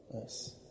Yes